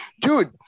dude